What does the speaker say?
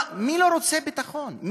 מי לא רוצה ביטחון?